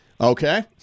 Okay